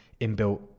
inbuilt